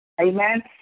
Amen